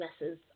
messes